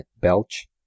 Belch